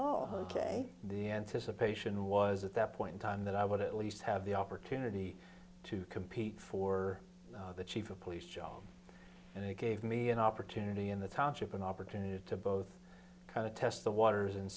oh ok the anticipation was at that point in time that i would at least have the opportunity to compete for the chief of police job and it gave me an opportunity in the township an opportunity to both kind of test the waters and